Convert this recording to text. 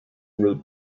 route